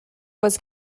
was